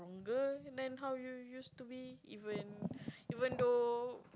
longer then you used to be even even though